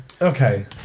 Okay